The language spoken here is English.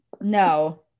no